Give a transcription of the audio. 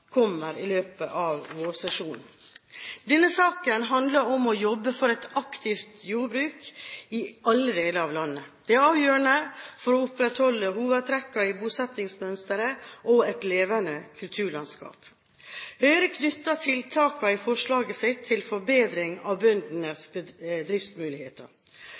kommer i løpet av vårsesjonen. Denne saken handler om å jobbe for et aktivt jordbruk i alle deler av landet. Det er avgjørende for å opprettholde hovedtrekkene i bosettingsmønsteret og et levende kulturlandskap. Høyre knytter tiltakene i forslaget sitt til forbedring av bøndenes driftsmuligheter.